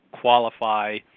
qualify